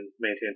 maintain